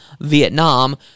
Vietnam